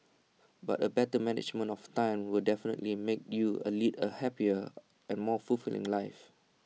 but A better management of time will definitely make you A lead A happier and more fulfilling life